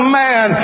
man